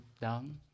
down